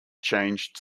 changed